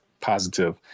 positive